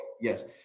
yes